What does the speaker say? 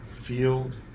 Field